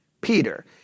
Peter